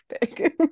big